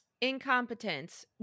incompetence